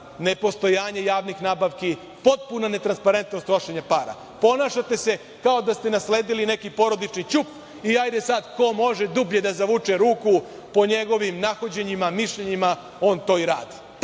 nepostojanje javnih nabavki, potpuna netransparentnost trošenja para. Ponašate se kao da ste nasledili neki porodični ćup i hajde sad, ko može dublje da zavuče ruku, po njegovim nahođenjima, mišljenjima, on to i radi.